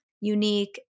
unique